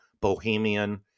bohemian